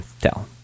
tell